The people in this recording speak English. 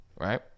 right